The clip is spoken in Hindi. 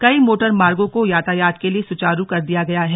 कई मोटरमार्गो को यातायात के लिए सुचारु कर दिया गया है